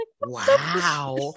Wow